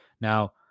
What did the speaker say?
Now